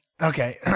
Okay